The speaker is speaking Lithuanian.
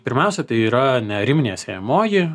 pirmiausia tai yra neariminė sėjamoji